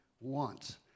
wants